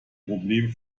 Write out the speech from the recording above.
problem